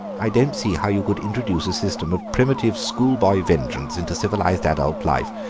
i don't see how you could introduce a system of primitive schoolboy vengeance into civilised adult life.